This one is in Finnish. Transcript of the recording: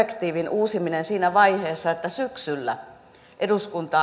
uusiminenhan on siinä vaiheessa että syksyllä eduskuntaan